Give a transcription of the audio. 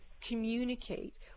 communicate